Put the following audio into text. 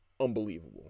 unbelievable